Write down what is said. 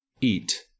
eat